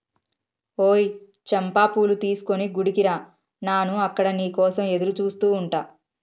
ఓయ్ చంపా పూలు తీసుకొని గుడికి రా నాను అక్కడ నీ కోసం ఎదురుచూస్తు ఉంటా